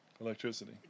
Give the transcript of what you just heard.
Electricity